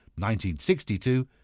1962